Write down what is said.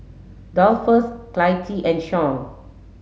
Dolphus Clytie and Shawn